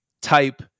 type